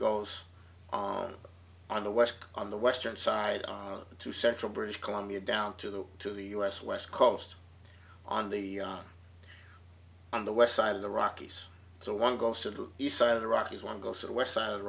goes on the west on the western side to central british columbia down to the to the u s west coast on the on the west side of the rockies so one goes to the east side of the rockies one goes to the west side of the